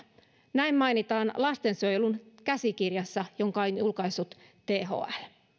näin mainitaan lastensuojelun käsikirjassa jonka on julkaissut thl